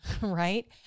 right